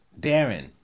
Darren